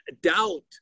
doubt